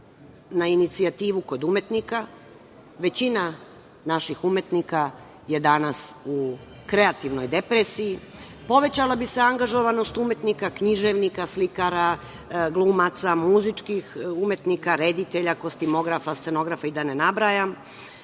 na inicijativu kod umetnika, većina naših umetnika je danas u kreativnoj depresiji, povećala bi se angažovanost umetnika, književnika, slikara, glumaca, muzičkih umetnika, reditelja, kostimografa, scenografa, da ne nabrajam,